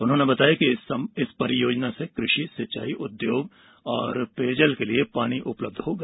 उन्होंने बताया कि इस परियोजना से कृषि सिंचाई उद्योग और पेयजल के लिए पानी उपलब्ध होगा